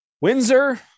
Windsor